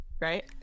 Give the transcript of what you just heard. Right